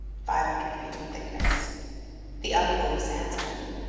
five hundred feet in thickness the alcove sandstone,